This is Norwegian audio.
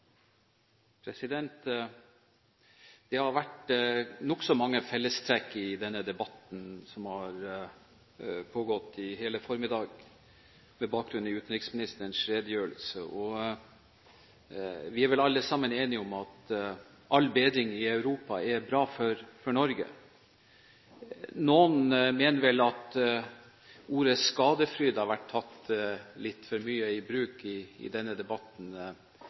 Det har vært nokså mange fellestrekk i denne debatten, som har pågått i hele formiddag, med bakgrunn i utenriksministerens redegjørelse. Vi er vel alle sammen enige om at all bedring i Europa er bra for Norge. Noen mener vel at ordet «skadefryd» har vært tatt litt for mye i bruk i denne debatten.